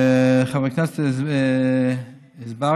חבר הכנסת אזברגה,